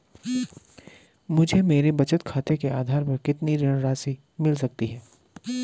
मुझे मेरे बचत खाते के आधार पर कितनी ऋण राशि मिल सकती है?